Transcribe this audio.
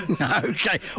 Okay